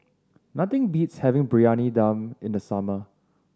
nothing beats having Briyani Dum in the summer